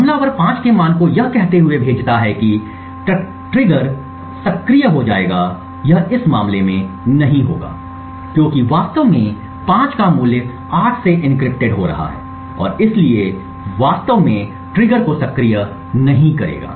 हमलावर 5 के मान को यह कहते हुए भेजता है कि ट्रिगर सक्रिय हो जाएगा यह इस मामले में नहीं होगा क्योंकि वास्तव में 5 का मूल्य 8 से एन्क्रिप्टेड हो रहा है और इसलिए वास्तव में ट्रिगर को सक्रिय नहीं करेगा